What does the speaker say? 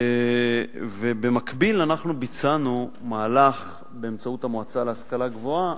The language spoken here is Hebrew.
במקביל אנחנו ביצענו מהלך באמצעות המועצה להשכלה גבוהה,